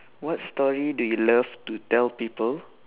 what story do you love to tell people